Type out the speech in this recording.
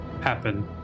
happen